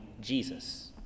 Jesus